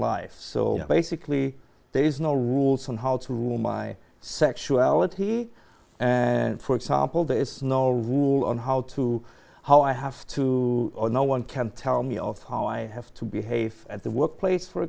life so basically there is no rules on how to my sexuality for example there is no rule on how to how i have to or no one can tell me of how i have to behave at the workplace for